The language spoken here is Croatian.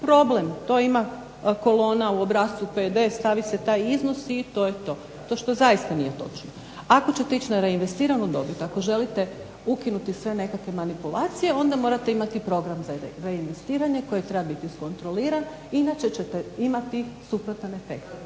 problem, to ima kolona u obrascu PD, stavi se taj iznos i to je to. To što zaista nije točno. Ako ćete ići na reinvestiranu dobit, ako želite ukinuti sve nekakve manipulacije onda morate imati program za reinvestiranje koji treba biti iskontroliran inače ćete imati suprotan efekt.